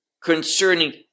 concerning